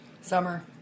Summer